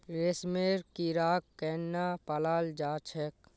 रेशमेर कीड़ाक केनना पलाल जा छेक